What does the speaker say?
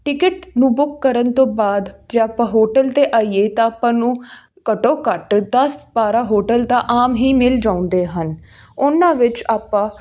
ticket ਨੂੰ book ਕਰਨ ਤੋਂ ਬਾਅਦ ਜੇ ਆਪਾਂ ਹੋਟਲ 'ਤੇ ਆਈਏ ਤਾਂ ਆਪਾਂ ਨੂੰ ਘੱਟੋਂ ਘੱਟ ਦਸ ਬਾਰਾਂ ਹੋਟਲ ਤਾਂ ਆਮ ਹੀ ਮਿਲ ਜਾਂਦੇ ਹਨ ਉਹਨਾਂ ਵਿੱਚ ਆਪਾਂ